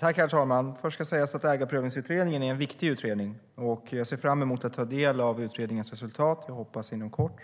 Herr talman! Först ska det sägas att Ägarprövningsutredningen är en viktig utredning. Jag ser fram emot att ta del av utredningens resultat, och jag hoppas att det blir inom kort.